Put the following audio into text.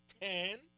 ten